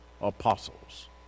apostles